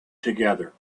together